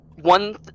one